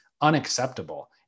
unacceptable